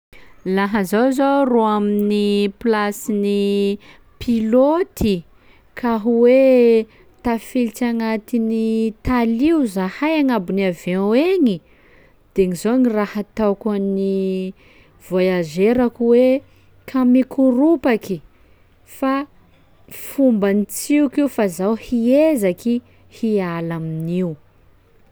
Laha zaho zao rô amin'ny plasin'ny pilôty ka hoe tafilitsy agnatin'ny talio zahay agnabon'ny avion egny, de gn'izao gny raha ataoko an'ny voyagerako hoe: ka mikoropaky fa fomban'ny tsioky io fa zaho hiezaky hiala amin'io.